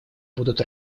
будут